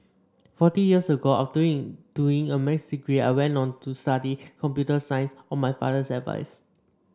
forty years ago after doing doing a Maths degree I went on to study computer science on my father's advice